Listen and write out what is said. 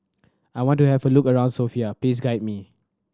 I want to have a look around Sofia please guide me